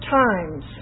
times